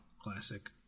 Classic